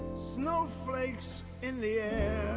snow flakes in the air